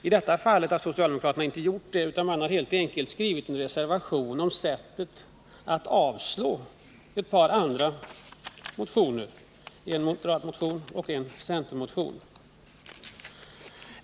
I detta fall har socialdemokraterna skrivit en reservation om sättet att avslå ett par andra motioner — en moderatmotion och en centermotion.